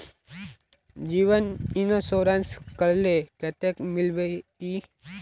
जीवन इंश्योरेंस करले कतेक मिलबे ई?